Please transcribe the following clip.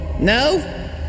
No